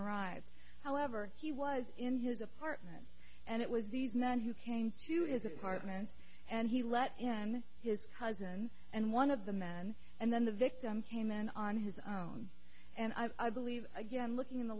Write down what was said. arrived however he was in his apartment and it was these men who came to his apartment and he let in his cousin and one of the men and then the victim came in on his own and i believe again looking in the